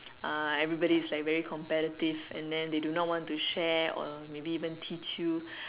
uh everybody is like very competitive and then they do not want to share or maybe even teach you